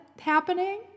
happening